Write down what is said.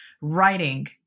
writing